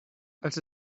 als